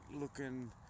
looking